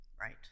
Right